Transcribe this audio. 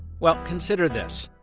well, consider this,